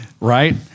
Right